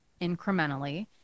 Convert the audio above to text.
incrementally